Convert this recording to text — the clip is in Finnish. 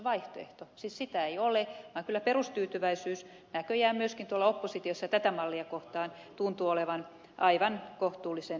siis sitä ei ole vaan kyllä perustyytyväisyys näköjään myöskin tuolla oppositiossa tätä mallia kohtaan tuntuu olevan aivan kohtuullisen hyvää